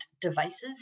devices